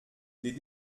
les